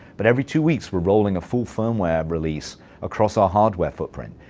but, every two weeks we're rolling a full firmware release across our hardware footprint.